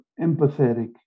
empathetic